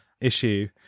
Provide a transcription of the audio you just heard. issue